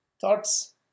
Thoughts